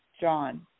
John